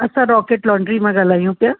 असां rocket laundry मां ॻाल्हायूं पिया